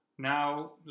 Now